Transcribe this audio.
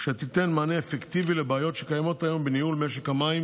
שתיתן מענה אפקטיבי לבעיות שקיימות היום בניהול משק המים